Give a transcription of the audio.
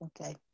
okay